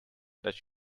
that